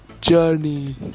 journey